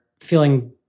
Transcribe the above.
feeling